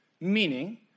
Meaning